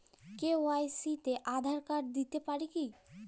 KYC তে Aadhaar card দিতে পারি কি?